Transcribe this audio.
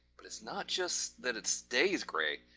but it's not just that it stays grey.